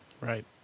Right